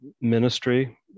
Ministry